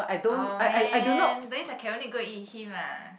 oh man that means can only go eat with him ah